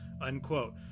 unquote